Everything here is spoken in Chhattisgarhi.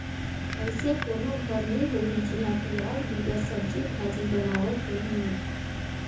अइसे कोनो घर नी होही जिहां पियाज बिगर सब्जी भाजी बनावत होहीं